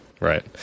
Right